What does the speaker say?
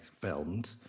filmed